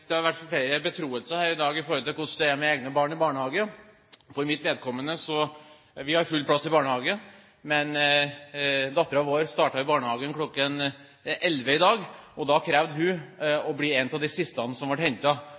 Det har vært flere betroelser her i dag om hvordan det er med egne barn i barnehagen. For mitt vedkommende er det slik at vi har full plass i barnehage. Datteren vår startet kl. 11.00 i barnehagen i dag, og da krevde hun å bli en av de siste som ble